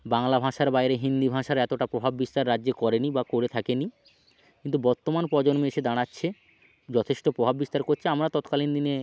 বাংলা ভাষার বায়রে হিন্দি ভাষার এতোটা প্রভাব বিস্তার রাজ্যে করে নি বা করে থাকে নি কিন্তু বর্তমান প্রজন্ম এসে দাঁড়াচ্ছে যথেষ্ট প্রভাব বিস্তার করছে আমরা তৎকালীন দিনে